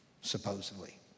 supposedly